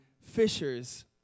fishers